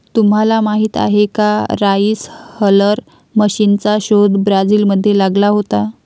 तुम्हाला माहीत आहे का राइस हलर मशीनचा शोध ब्राझील मध्ये लागला होता